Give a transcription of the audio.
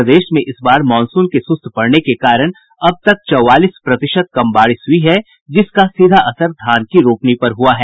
प्रदेश में इस बार मॉनसून के सुस्त पड़ने के कारण अब तक चौबालीस प्रतिशत कम बारिश हुई है जिसका सीधा असर धान की रोपनी पर हुआ है